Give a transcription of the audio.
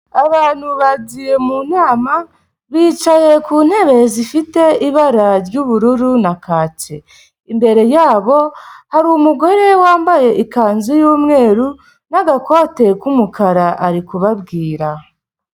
Abantu bagiye mu nama bicaye ku ntebe zifite ibara ry'ubururu na kake, imbere yabo hari umugore wambaye ikanzu y'umweru n'agakote k'umukara ari kubabwira.